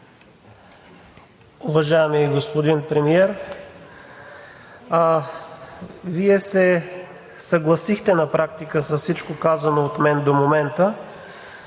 Уважаеми господин Премиер, Вие се съгласихте на практика с всичко казано от мен до момента,